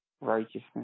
righteousness